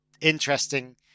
interesting